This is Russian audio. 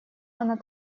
она